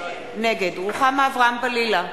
נגד רוחמה אברהם-בלילא,